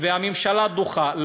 והממשלה דוחה.